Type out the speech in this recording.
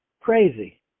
crazy